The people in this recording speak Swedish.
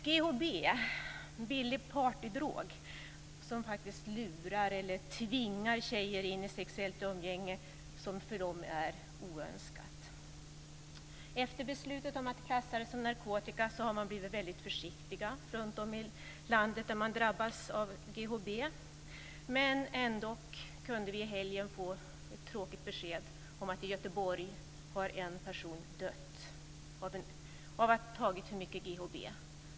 GHB är en billig partydrog som lurar eller tvingar in tjejer i sexuellt umgänge som för dem är oönskat. Efter beslutet att klassa det som narkotika har man blivit väldigt försiktig runtom i landet där man har drabbats av GHB. Men vi fick ändock i helgen ett tråkigt besked om att en person har dött i Göteborg av att ha tagit för mycket GHB.